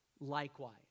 likewise